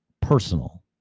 personal